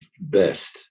best